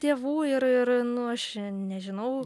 tėvų ir ir nu aš nežinau